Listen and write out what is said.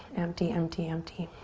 empty, empty, empty.